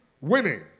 Winning